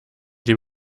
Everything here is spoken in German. dem